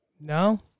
No